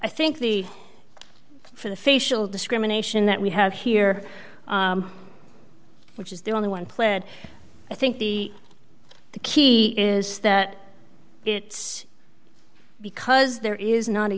i think the for the facial discrimination that we have here which is the only one pled i think the key is that it's because there is not a